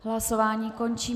Hlasování končím.